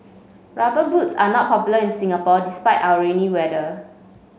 rubber boots are not popular in Singapore despite our rainy weather